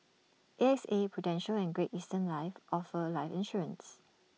A X A prudential and great eastern offer life insurance